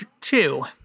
two